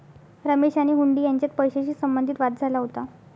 रमेश आणि हुंडी यांच्यात पैशाशी संबंधित वाद झाला होता